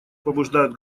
побуждают